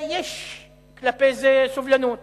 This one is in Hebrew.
ויש סובלנות